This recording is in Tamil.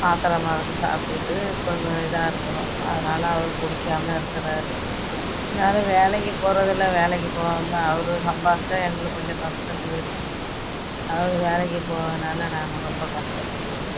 மாத்திரை மருந்து சாப்பிட்டுக்கிட்டு இப்போ இதாக இருக்கிறோம் அதனால அவர் குடிக்காமல் இருக்குறார் இருந்தாலும் வேலைக்கு போகிறதில்ல வேலைக்கு போகாம அவரும் சம்பாரித்தா எங்களுக்கு கொஞ்சம் கஷ்டம் தீரும் அவர் வேலைக்கு போகாததுனால நாங்கள் ரொம்ப கஷ்டப்பட்டுக்கிட்டு இருக்கிறோம்